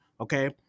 Okay